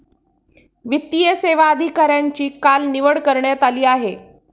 वित्तीय सेवा अधिकाऱ्यांची काल निवड करण्यात आली आहे